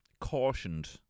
cautioned